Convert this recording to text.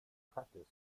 practiced